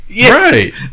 Right